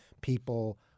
People